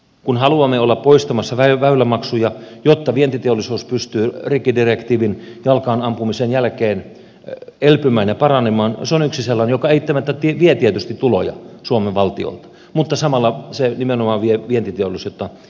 kun haluamme olla poistamassa väylämaksuja jotta vientiteollisuus pystyy rikkidirektiivin jalkaan ampumisen jälkeen elpymään ja paranemaan se on yksi sellainen joka eittämättä vie tietysti tuloja suomen valtiolta mutta samalla se nimenomaan vie vientiteollisuutta eteenpäin